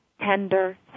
tender